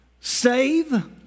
save